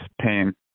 Pain